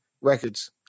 records